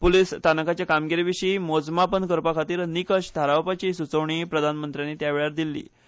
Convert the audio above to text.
पुलीस स्थानकाचे कामगिरीविशी मोजमापन करपाखातीर निकष थारावपाचीय सुचोवणी प्रधानमंत्र्यानी त्यावेळार केल्ठी